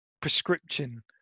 prescription